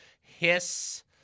Hiss